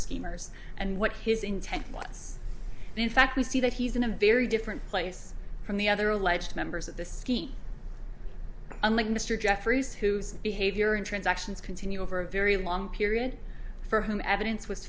schemers and what his intent was in fact we see that he's in a very different place from the other alleged members of the scheme unlike mr jeffries whose behavior in transactions continue over a very long period for whom evidence was